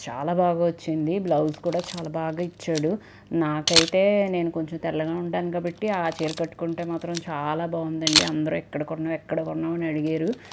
చాలా బాగా వచ్చింది బ్లౌజ్ కూడా చాలా బాగా ఇచ్చాడు నాకైతే నేను కొంచెం తెల్లగా ఉంటాను కాబట్టి ఆ చీర కట్టుకుంటే మాత్రం చాలా బాగుందండి అందరూ ఎక్కడ కొన్నావు ఎక్కడ కొన్నావు అని అడిగారు